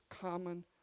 common